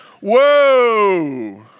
Whoa